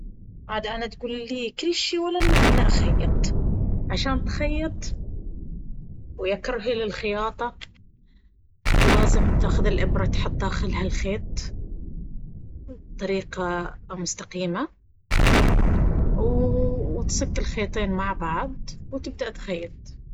عاد أنا تقول ليي كل شي ولا أن أنا أخيط! عشان تخيط... ويا كرهي للخياطة... لازم تأخذ الإبرة وتحط داخلها الخيط بطريقة مستقيمة و تصك الخيطين مع بعض، وتبدأ تخيط!